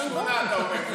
גם שמונה, אתה אומר.